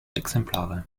exemplare